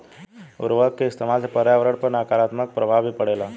उर्वरक के इस्तमाल से पर्यावरण पर नकारात्मक प्रभाव भी पड़ेला